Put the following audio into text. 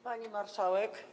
Pani Marszałek!